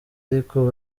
ariko